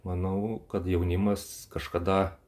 manau kad jaunimas kažkada